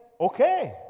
okay